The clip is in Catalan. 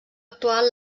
actual